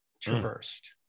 traversed